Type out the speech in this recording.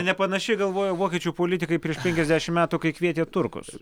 ne panašiai galvojo vokiečių politikai prieš penkiasdešimt metų kai kvietė turkus